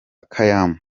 kaymu